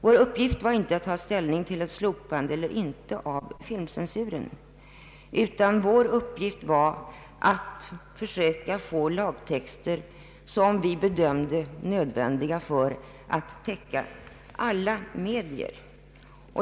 Vår uppgift var inte att ta ställning till ett eventuellt slopande av den, utan att försöka få lagtexter som vi bedömde som nödvändiga för att täcka alla medier.